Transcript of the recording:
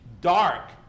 dark